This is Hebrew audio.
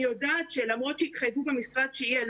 יודעת שלמרות שהתחייבו במשרד שיהיה,